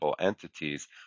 entities